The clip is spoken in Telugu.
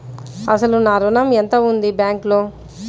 అసలు నా ఋణం ఎంతవుంది బ్యాంక్లో?